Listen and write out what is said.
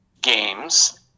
games